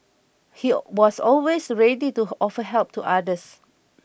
he was always ready to offer help to others